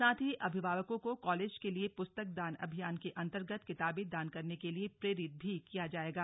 साथ ही अभिभावकों को कॉलेज के लिए पुस्तक दान अभियान के अंतर्गत किताबें दान करने के लिए प्रेरित भी किया जाएगा